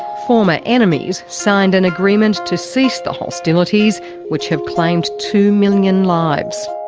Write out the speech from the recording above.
former enemies signed an agreement to cease the hostilities which have claimed two million lives.